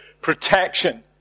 protection